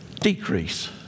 decrease